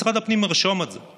ומשרד הפנים ירשום את זה.